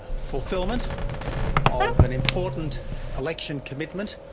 fulfilment of an important election commitment.